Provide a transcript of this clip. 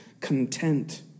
content